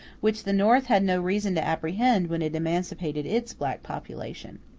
which the north had no reason to apprehend when it emancipated its black population.